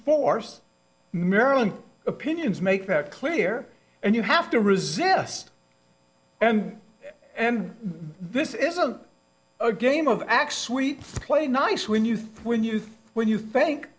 force maryland opinions make that clear and you have to resist and this isn't a game of acts we play nice when you when you when you think